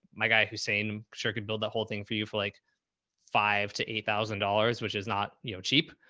my guy who's saying sure, could build that whole thing for you for like five to eight thousand dollars, which is not you know cheap.